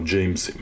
James